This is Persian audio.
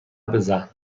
بزن